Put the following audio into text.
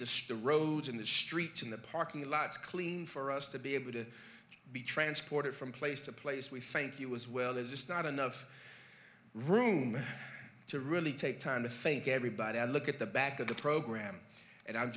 the store roads in the streets in the parking lots clean for us to be able to be transported from place to place we thank you as well as just not enough room to really take time to think everybody look at the back of the program and i'm